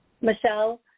Michelle